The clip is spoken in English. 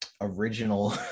original